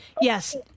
yes